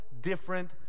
different